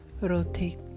Rotate